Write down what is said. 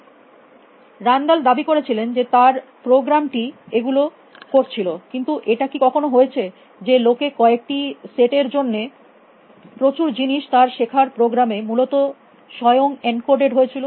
সুতরাং রান্দাল দাবি করে ছিলেন যে তার প্রোগ্রাম টি এগুলো করছিল কিন্তু এটা কী কখনো হয়েছে যে লোকে কয়েকটি সেট এর জন্য প্রচুর জিনিস তার শেখার প্রোগ্রামে মূলত স্বয়ং এনকোডেড হয়েছিল